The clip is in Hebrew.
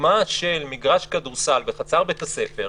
הדוגמה של מגרש כדורסל בחצר בית הספר,